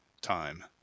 time